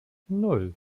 nan